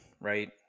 right